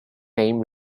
name